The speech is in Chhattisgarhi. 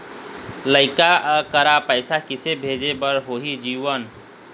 लइका करा पैसा किसे भेजे बार होही जीवन